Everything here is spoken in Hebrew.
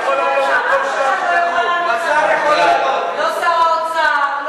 אף אחד לא יכול לענות, לא שר האוצר.